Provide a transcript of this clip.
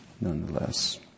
nonetheless